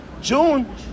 June